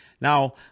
Now